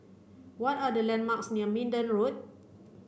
what are the landmarks near Minden Road